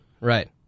right